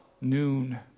noon